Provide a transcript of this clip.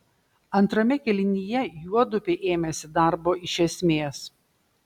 antrame kėlinyje juodupė ėmėsi darbo iš esmės